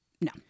No